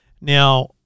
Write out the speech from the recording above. Now